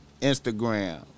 Instagram